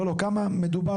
לא, כמה צברנו?